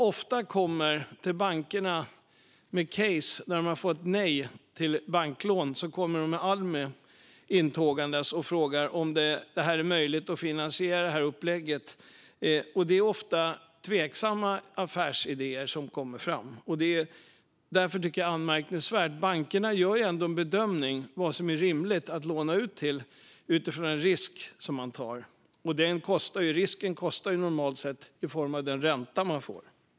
Ofta när man har fått nej på ett case för ett banklån hos bankerna kommer man intågande till Almi och frågar om det är möjligt att finansiera upplägget. Det är ofta tveksamma affärsidéer. Därför tycker jag att det är anmärkningsvärt. Bankerna gör ändå en bedömning av vad som är rimligt att låna ut till utifrån den risk som de tar. Risken kostar normalt sett i form av den ränta som man får.